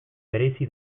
bereizi